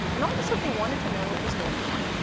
and all of a sudden, they wanted to know what was going on.